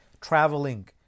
traveling